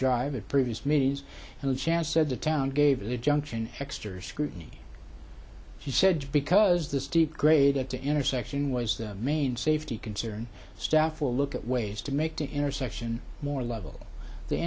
drive it previous meetings and the chance said the town gave the junction exter scrutiny he said because the steep grade at the intersection was the main safety concern staff will look at ways to make the intersection more level the